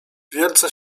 wielce